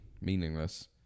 meaningless